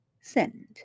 Send